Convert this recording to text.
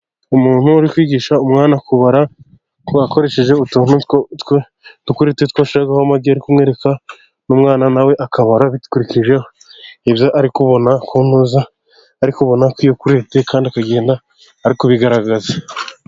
Umuntu uri kwigisha umwana kubara akoresheje utuntu tw'ikureti bashyiraho amagi, agiye kumwereka ni umwana nawe akabara akurikije ibyo ari kubona kwikureti kandi akagenda ari kubigaragaza.